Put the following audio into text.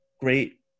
great